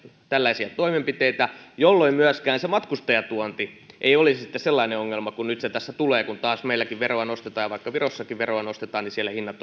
tällaisia toimenpiteitä jolloin myöskään se matkustajatuonti ei olisi sellainen ongelma kuin nyt tässä tulee kun taas meilläkin veroa nostetaan eli vaikka virossakin veroa nostetaan niin siellä hinnat